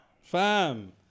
Fam